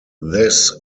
this